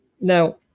Now